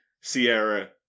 Sierra